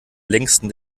längsten